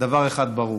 דבר אחד ברור: